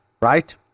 right